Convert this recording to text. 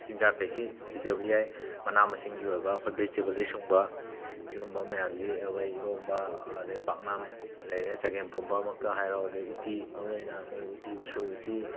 ꯆꯤꯟꯖꯥꯛꯈꯩꯁꯤ ꯄꯤꯖꯕ ꯌꯥꯏ ꯃꯅꯥ ꯃꯁꯤꯡꯒꯤ ꯑꯣꯏꯕ ꯑꯩꯈꯣꯏ ꯕꯤꯁꯇꯦꯕꯜꯗꯒꯤ ꯁꯨꯡꯕ ꯁꯤꯒꯨꯝꯕ ꯃꯌꯥꯝꯁꯦ ꯑꯩꯈꯣꯏ ꯏꯔꯣꯝꯕ ꯑꯗꯒꯤ ꯄꯥꯛꯅꯝ ꯂꯩꯔꯦ ꯆꯒꯦꯝꯄꯣꯝꯕꯃꯛꯇ ꯍꯥꯏꯔꯣ ꯑꯗꯒꯤ ꯎꯇꯤ ꯃꯔꯨꯑꯣꯏꯅ ꯃꯣꯏ ꯎꯇꯤ ꯎꯁꯣꯏ ꯎꯇꯤ